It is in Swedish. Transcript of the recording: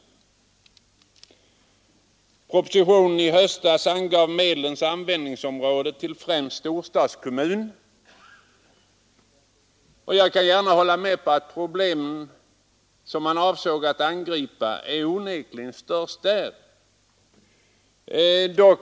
Enligt propositionen skall medlen användas främst i storstadskommunerna, och jag håller gärna med om att de problem som man avsåg att angripa onekligen är störst där.